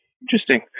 Interesting